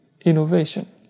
innovation